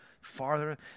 farther